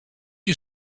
you